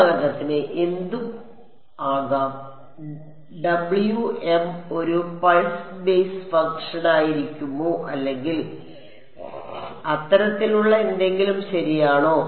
ഉദാഹരണത്തിന് എന്തും ആകാം Wm ഒരു പൾസ് ബേസ് ഫംഗ്ഷൻ ആയിരിക്കുമോ അല്ലെങ്കിൽ അത്തരത്തിലുള്ള എന്തെങ്കിലും ശരിയാണോ